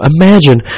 Imagine